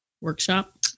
workshop